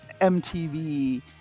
MTV